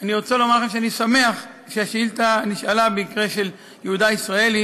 זה אני רוצה לומר לך שאני שמח שהשאילתה נשאלה במקרה של יהודה ישראלי,